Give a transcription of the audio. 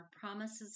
Promises